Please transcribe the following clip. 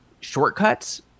shortcuts